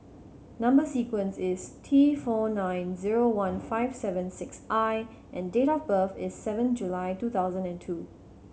number sequence is T four nine zero one five seven six I and date of birth is seven July two thousand and two